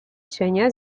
cienie